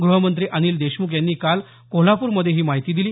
गृहमंत्री अनिल देशमुख यांनी काल कोल्हाप्रमध्ये ही माहिती दिली